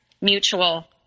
mutual